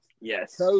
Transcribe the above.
Yes